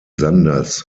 sanders